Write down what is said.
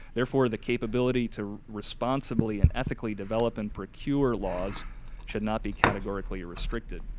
therefore, the capability to responsibly and ethically develop and procure laws should not be categorically restricted.